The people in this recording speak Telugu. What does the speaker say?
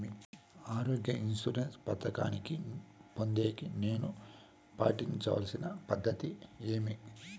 ఆరోగ్య ఇన్సూరెన్సు పథకాన్ని పొందేకి నేను పాటించాల్సిన పద్ధతి ఏమి?